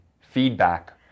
feedback